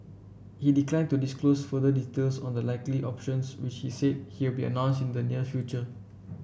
he declined to disclose further details on the likely options which he said he will be announced in the near future